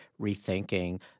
rethinking